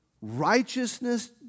righteousness